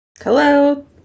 Hello